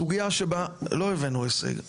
סוגייה שבה לא הבאנו הישג כרגע,